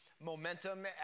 momentum